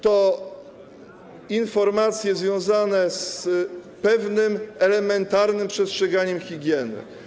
Chodzi o informacje związane z pewnym elementarnym przestrzeganiem higieny.